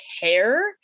care